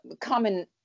common